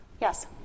Yes